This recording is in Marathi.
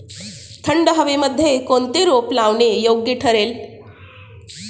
थंड हवेमध्ये कोणते रोप लावणे योग्य ठरेल?